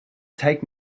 take